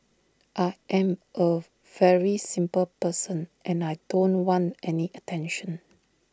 I am A very simple person and I don't want any attention